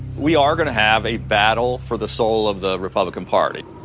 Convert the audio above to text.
we are going to have a battle for the soul of the republican party.